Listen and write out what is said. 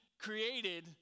created